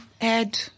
add